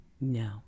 No